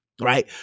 Right